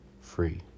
Free